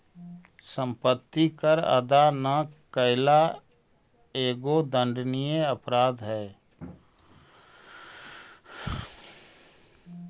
सम्पत्ति कर अदा न कैला एगो दण्डनीय अपराध हई